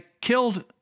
killed